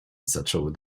zaczęły